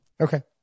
Okay